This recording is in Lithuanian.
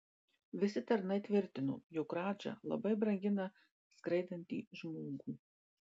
visi tarnai tvirtino jog radža labai brangina skraidantį žmogų